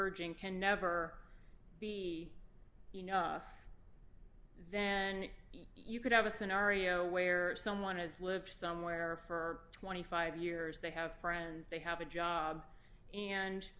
urging can never be you nuff then you could have a scenario where someone has lived somewhere for twenty five years they have friends they have a job and